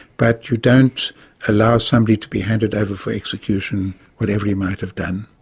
but you don't allow somebody to be handed over for execution whatever he might have done.